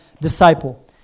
disciple